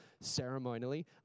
ceremonially